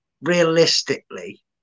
Realistically